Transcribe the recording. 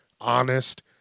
honest